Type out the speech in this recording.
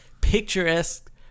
picturesque